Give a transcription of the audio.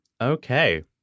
Okay